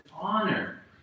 honor